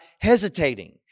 hesitating